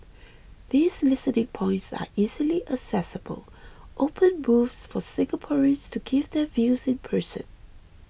these listening points are easily accessible open booths for Singaporeans to give their views in person